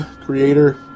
creator